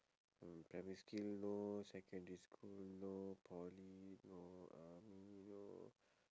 from primary school no secondary school no poly no army no